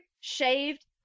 shaved